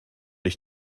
ich